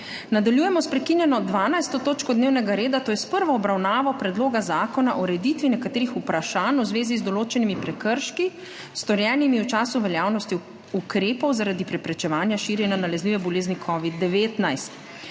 **Nadaljujemo s prekinjeno 12. točko dnevnega reda, to je s prvo obravnavo Predloga zakona o ureditvi nekaterih vprašanj v zvezi z določenimi prekrški, storjenimi v času veljavnosti ukrepov zaradi preprečevanja širjenja nalezljive bolezni COVID-19.**